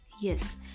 yes